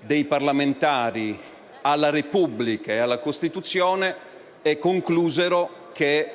dei parlamentari alla Repubblica e alla Costituzione, e concluse che